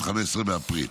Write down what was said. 15 באפריל.